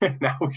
now